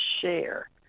share